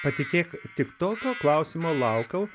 patikėk tik tokio klausimo laukiau